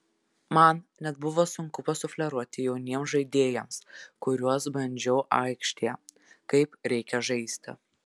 man net buvo sunku pasufleruoti jauniems žaidėjams kuriuos bandžiau aikštėje kaip reikia žaisti